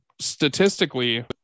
statistically